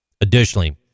additionally